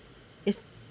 it's